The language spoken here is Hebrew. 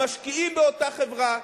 המשקיעים באותה חברה,